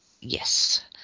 Yes